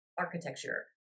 architecture